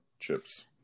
chips